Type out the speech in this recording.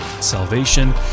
salvation